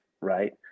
right